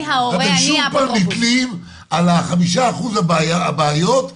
אתם שוב פעם נתלים על 5% הבעיות.